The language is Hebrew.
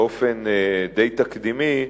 באופן די תקדימי,